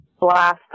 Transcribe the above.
blast